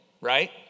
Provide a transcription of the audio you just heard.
Right